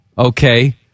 okay